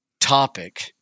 topic